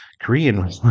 Korean